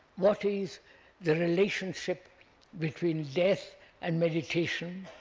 what is the relationship between death and meditation,